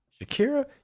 shakira